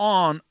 on